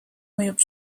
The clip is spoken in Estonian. mõjub